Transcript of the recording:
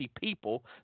people